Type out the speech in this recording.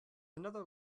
another